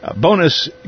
bonus